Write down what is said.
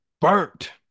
burnt